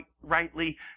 rightly